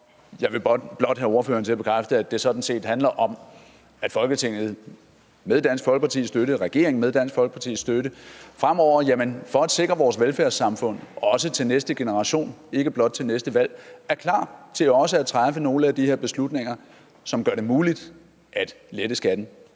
Jeg vil blot have ordføreren til at bekræfte, at det sådan set handler om, at Folketinget og regeringen med Dansk Folkepartis støtte fremover for at sikre vores velfærdssamfund også til næste generation, ikke blot til næste valg, er klar til også at træffe nogle af de her beslutninger, som gør det muligt at lette skatten